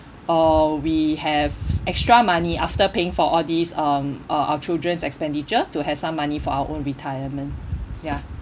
uh we have extra money after paying for all these um uh our children's expenditure to have some money for our own retirement ya